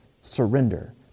Surrender